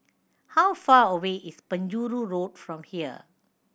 how far away is Penjuru Road from here